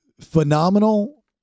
phenomenal